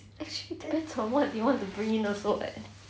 actually depends on what you wanted to bring in also eh